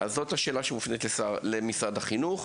אז זאת השאלה שמופנית למשרד החינוך.